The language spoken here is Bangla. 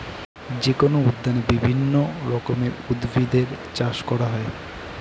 যেকোনো উদ্যানে বিভিন্ন রকমের উদ্ভিদের চাষ করা হয়